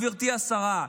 גברתי השרה,